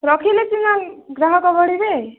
ରଖିଲେ ସିନା ଗ୍ରାହକ ବଢ଼ିବେ